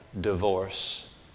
divorce